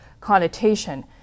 connotation